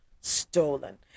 stolen